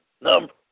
number